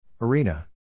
Arena